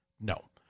No